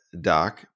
Doc